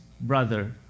brother